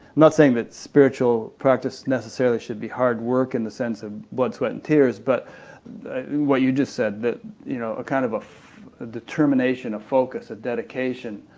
not saying that spiritual practice, necessarily, should be hard work in the sense of blood sweat and tears, but what you just said, that you know a kind of ah ah determination, a focus, a dedication,